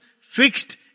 fixed